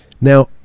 now